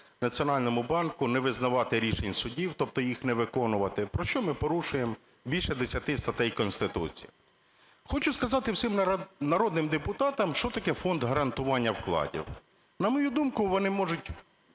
Національному банку не визнавати рішень судів, тобто їх не виконувати, про що ми порушуємо більше 10 статей Конституції. Хочу сказати всім народним депутатам, що таке Фонд гарантування вкладів. На мою думку, вони можуть,